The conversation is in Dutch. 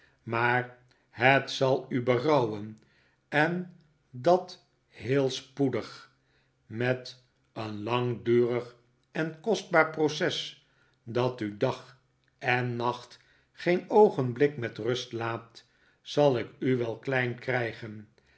maar het zal u berouwen en dat heel spoedig met een langdurig en kostbaar proces dat u dag en nacht geen oogenblik met rust laat zal ik u wel klein krijgen